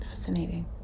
fascinating